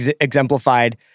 exemplified